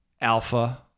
alpha